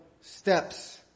steps